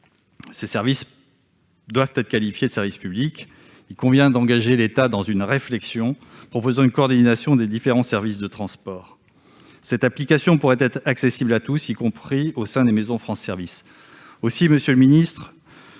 Ces services doivent être qualifiés de services publics. Aussi, il convient d'engager l'État dans une réflexion afin de proposer une coordination de différents services de transport. Cette application pourrait être accessible à tous, y compris au sein des maisons France Services.